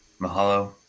mahalo